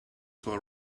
for